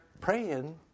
praying